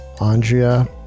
Andrea